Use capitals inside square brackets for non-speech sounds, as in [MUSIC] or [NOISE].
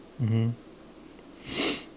mmhmm [NOISE]